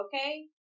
okay